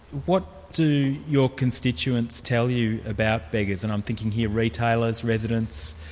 what do your constituents tell you about beggars, and i'm thinking here retailers, residents,